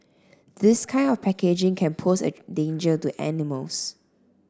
this kind of packaging can pose a danger to animals